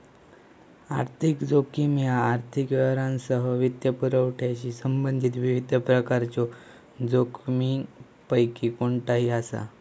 आर्थिक जोखीम ह्या आर्थिक व्यवहारांसह वित्तपुरवठ्याशी संबंधित विविध प्रकारच्यो जोखमींपैकी कोणताही असा